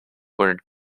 were